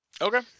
Okay